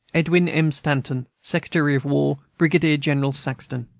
edwin m. stanton, secretary of war. brigadier-general saxton.